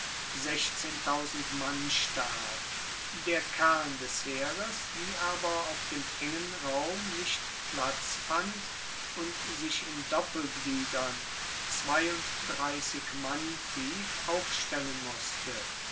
mann stark der kern des heeres die aber auf dem engen raum nicht platz fand und sich in doppelgliedern mann tief aufstellen musste